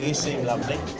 seem lovely.